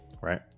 right